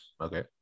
okay